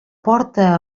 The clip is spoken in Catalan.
porta